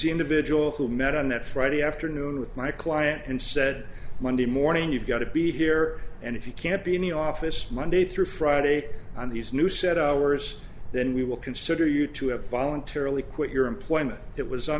individual who met on that friday afternoon with my client and said monday morning you've got to be here and if you can't be in the office monday through friday on these new set hours then we will consider you to have voluntarily quit your employment it was